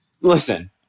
listen